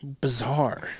Bizarre